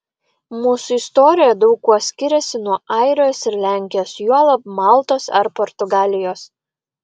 mūsų istorija daug kuo skiriasi nuo airijos ir lenkijos juolab maltos ar portugalijos